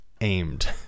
aimed